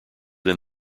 than